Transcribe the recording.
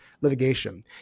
litigation